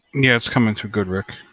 yeah it's coming through good rick.